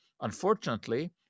Unfortunately